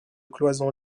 cloisons